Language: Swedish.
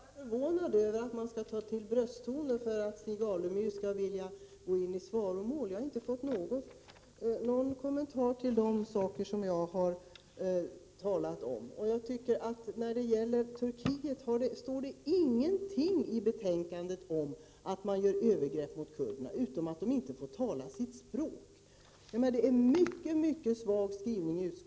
Herr talman! Jag är förvånad över att man skall behöva ta till brösttoner för att Stig Alemyr skall gå i svaromål. Jag har inte fått någon kommentar till de frågor jag har talat om. Jag tycker inte att det står någonting i betänkandet om att man i Turkiet gör övergrepp mot kurderna, utom att de inte får tala sitt språk. Utskottets uttalande har en mycket svag skrivning.